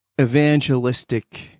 evangelistic